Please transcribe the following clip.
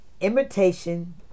imitation